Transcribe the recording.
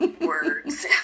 words